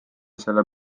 selle